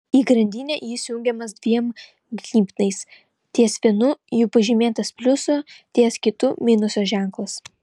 į grandinę jis jungiamas dviem gnybtais ties vienu jų pažymėtas pliuso ties kitu minuso ženklas